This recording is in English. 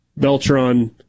Beltron